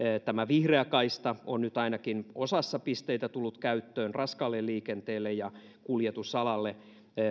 tämä vihreä kaista on nyt ainakin osassa pisteitä tullut käyttöön raskaalle liikenteelle ja kuljetusalalle